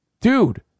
Dude